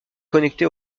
connectée